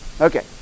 Okay